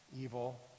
evil